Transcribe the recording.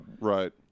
Right